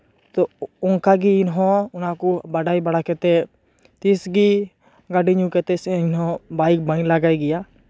ᱛᱳ ᱚᱱᱠᱟᱜᱮ ᱤᱧᱦᱚᱸ ᱚᱱᱟᱠᱩ ᱵᱟᱰᱟᱭ ᱵᱟᱲᱟ ᱠᱟᱛᱮᱫ ᱛᱤᱸᱥᱜᱮ ᱜᱟᱹᱰᱤ ᱧᱩ ᱠᱟᱛᱮᱫ ᱥᱮ ᱤᱧᱦᱚᱸ ᱵᱟᱭᱤᱠ ᱵᱟᱹᱧ ᱞᱟᱜᱟᱭ ᱜᱮᱭᱟ